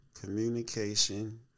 communication